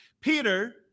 Peter